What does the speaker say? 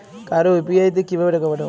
কারো ইউ.পি.আই তে কিভাবে টাকা পাঠাবো?